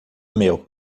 meu